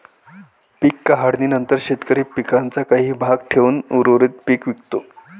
पीक काढणीनंतर शेतकरी पिकाचा काही भाग ठेवून उर्वरित पीक विकतो